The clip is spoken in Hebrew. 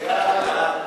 משוחררים (תיקון מס'